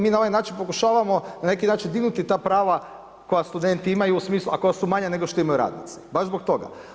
Mi na ovaj način pokušavamo na neki način dignuti ta prava koja studenti imaju u smislu a koja su manja nego što imaju radnici, baš zbog toga.